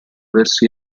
verso